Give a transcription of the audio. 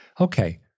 Okay